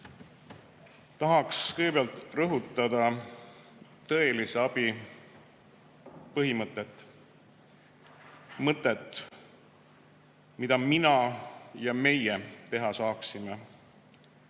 Tahan kõigepealt rõhutada tõelise abi põhimõtet. Mõte, mida mina ja meie teha saaks,